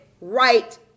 right